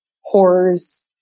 horrors